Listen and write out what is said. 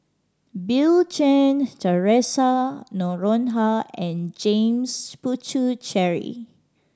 Bill Chen Theresa Noronha and James Puthucheary